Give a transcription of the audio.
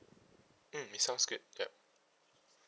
mm it sounds good yup